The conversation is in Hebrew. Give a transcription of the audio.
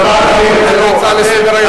אתה בעד להפוך את זה להצעה לסדר-היום?